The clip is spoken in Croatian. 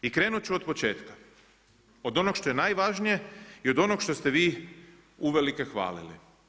I krenuti ću od početka, od onog što je najvažnije i od onog što ste vi uvelike hvalili.